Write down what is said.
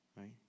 right